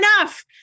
enough